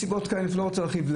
מסיבות כאלה ואני לא רוצה להרחיב,